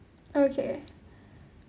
okay